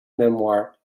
memoir